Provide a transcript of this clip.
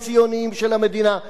אלא מטעמי תקציב,